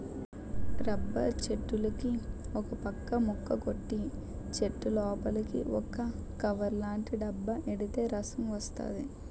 rubber చెట్టులుకి ఒకపక్క ముక్క కొట్టి చెట్టులోపలికి ఒక కవర్లాటి డబ్బా ఎడితే రసం వస్తది